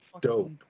dope